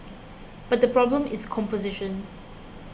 but the problem is composition